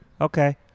Okay